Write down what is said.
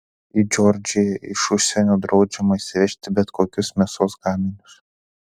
į džordžiją iš užsienio draudžiama įsivežti bet kokius mėsos gaminius